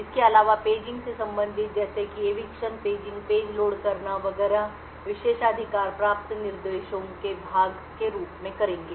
इसके अलावा पेजिंग से संबंधित जैसे कि eviction पेजिंग पेज लोड करना वगैरह विशेषाधिकार प्राप्त निर्देशों के एक भाग के रूप में करेंगे